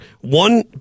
one